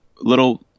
little